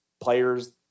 players